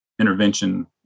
intervention